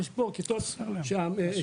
ויש פה כיתות שעמיחי,